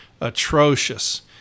atrocious